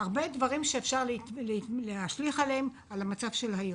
הרבה דברים שאפשר מהם להשליך על המצב היום.